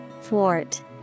Thwart